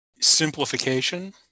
simplification